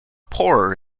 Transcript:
poorer